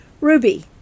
Ruby